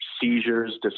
seizures